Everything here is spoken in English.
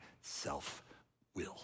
self-will